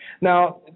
Now